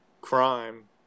crime